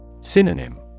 Synonym